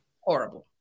Horrible